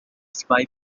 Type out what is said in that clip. spy